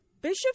Bishop